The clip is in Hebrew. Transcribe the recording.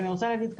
שלום.